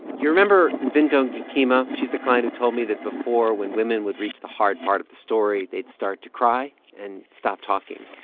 you remember nvinto ngikima? she's the client who told me that before, when women would reach the hard part of the story, they'd start to cry and stop talking?